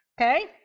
Okay